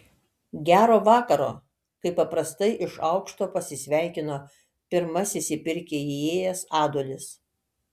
gero vakaro kaip paprastai iš aukšto pasisveikino pirmasis į pirkią įėjęs adolis